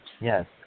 Yes